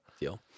Deal